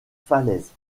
falaises